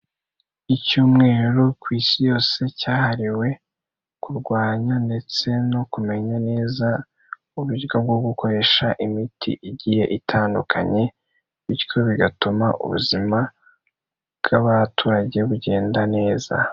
Icyumweru ku isi yose, cyahariwe kurwanya ndetse no kumenya neza, uburyo bwo gukoresha imiti igiye itandukanye, bityo bigatuma ubuzima bw'abaturage bugenda neza.